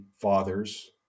fathers